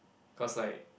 cause like